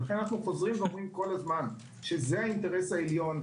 זה האינטרס העליון,